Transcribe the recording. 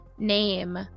Name